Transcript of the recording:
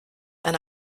and